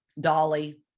dolly